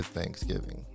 Thanksgiving